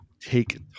Take